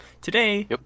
Today